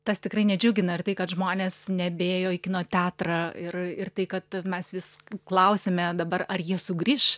tas tikrai nedžiugina ir tai kad žmonės nebėjo į kino teatrą ir ir tai kad mes vis klausėme dabar ar jie sugrįš